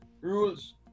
rules